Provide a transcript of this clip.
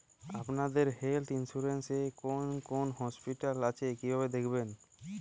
আপনাদের health insurance এ কোন কোন হসপিটাল আছে কিভাবে দেখবো?